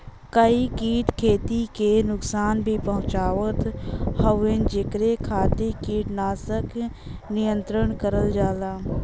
कई कीट खेती के नुकसान भी पहुंचावत हउवन जेकरे खातिर कीटनाशक नियंत्रण करल जाला